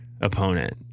opponent